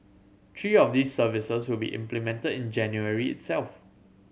three of these services will be implemented in January itself